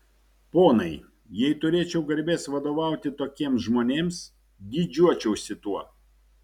ponai jei turėčiau garbės vadovauti tokiems žmonėms didžiuočiausi tuo